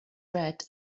red